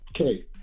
okay